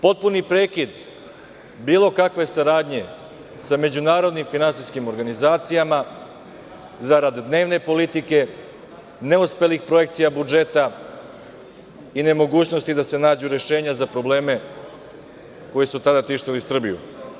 Potpuni prekid bilo kakve saradnje sa međunarodnim finansijskim organizacijama zarad dnevne politike, neuspelih projekcija budžeta i nemogućnosti da se nađu rešenja za probleme koji su tada tištili Srbiju.